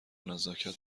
نزاکت